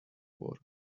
work